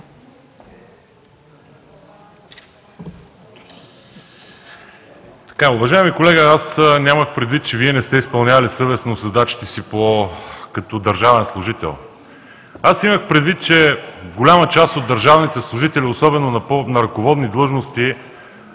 Имах предвид, че голяма част от държавните служители, особено на ръководни длъжности,